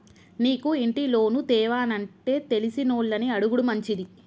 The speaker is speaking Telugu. నీకు ఇంటి లోను తేవానంటే తెలిసినోళ్లని అడుగుడు మంచిది